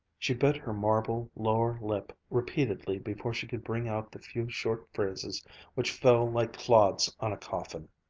she bit her marble lower lip repeatedly before she could bring out the few short phrases which fell like clods on a coffin.